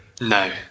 No